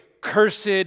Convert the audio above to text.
cursed